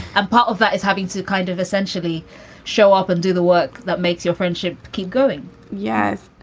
ah part of that is having to kind of essentially show up and do the work that makes your friendship keep going yes.